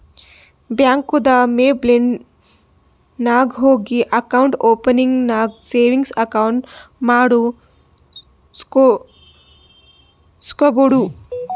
ಬ್ಯಾಂಕ್ದು ವೆಬ್ಸೈಟ್ ನಾಗ್ ಹೋಗಿ ಅಕೌಂಟ್ ಓಪನಿಂಗ್ ನಾಗ್ ಸೇವಿಂಗ್ಸ್ ಅಕೌಂಟ್ ಮಾಡುಸ್ಕೊಬೋದು